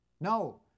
No